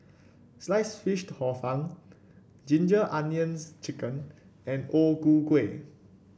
Sliced Fish Hor Fun Ginger Onions chicken and O Ku Kueh